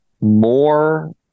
more